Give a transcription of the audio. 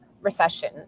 recession